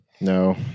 no